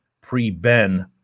pre-Ben